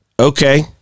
Okay